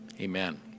amen